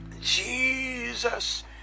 Jesus